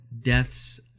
deaths